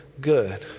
good